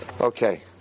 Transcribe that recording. Okay